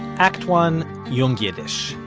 act one yung yiddish.